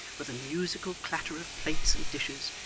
with a musical clatter of plates and dishes,